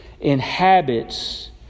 inhabits